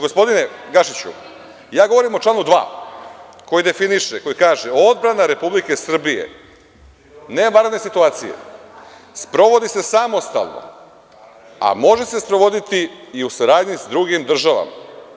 Gospodine Gašiću, govorim o članu 2. koji kaže – odbrana Republike Srbije za vreme vanredne situacije sprovodi se samostalno, a može se sprovoditi i u saradnji sa drugim državama.